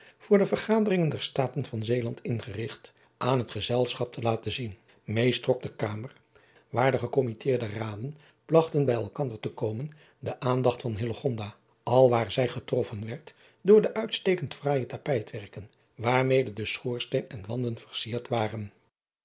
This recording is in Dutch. voor de ergaderingen der taten van eeland ingerigt aan het gezelschap te laten zien eest trok de kamer waar de ecommitteerde aden driaan oosjes zn et leven van illegonda uisman plagten bij elkander te komen de aandacht van al waar zij getroffen werd door de uitstekend fraaije tapijtwerken waarmede de schoorsteen en wanden versierd waren